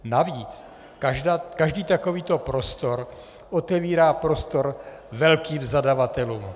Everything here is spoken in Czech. Navíc každý takovýto prostor otevírá prostor velkým zadavatelům.